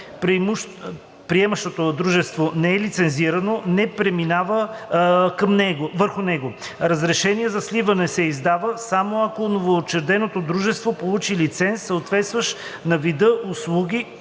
приемащото дружество не е лицензирано, не преминава върху него. Разрешение за сливане се издава само ако новоучреденото дружество получи лиценз, съответстващ на вида услуги,